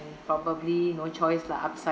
probably no choice lah upsize